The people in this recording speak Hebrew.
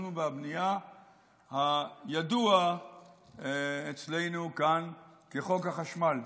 התכנון והבנייה הידוע אצלנו כאן כחוק החשמל.